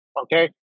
okay